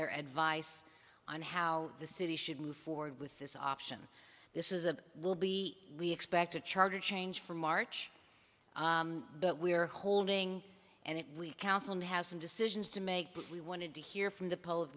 their advice on how the city should move forward with this option this is a will be we expect a charter change from march but we are holding and it we council has some decisions to make but we wanted to hear from the pol